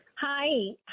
Hi